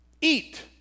Eat